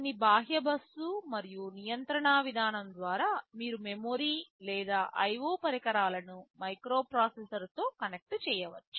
కొన్ని బాహ్య బస్సు మరియు నియంత్రణ విధానం ద్వారా మీరు మెమరీ లేదా IO పరికరాలను మైక్రోప్రాసెసర్తో కనెక్ట్ చేయవచ్చు